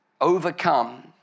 overcome